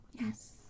Yes